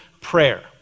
prayer